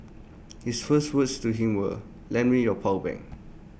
his first words to him were lend me your power bank